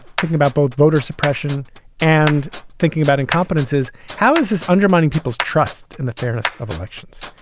talking about both voter suppression and thinking about incompetence is how is this undermining people's trust in the fairness of elections?